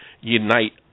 unite